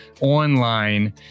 online